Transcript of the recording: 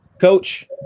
Coach